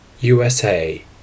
USA